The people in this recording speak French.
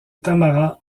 tamara